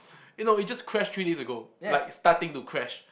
eh no it just crashed three days ago like starting to crash